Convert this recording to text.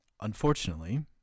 unfortunately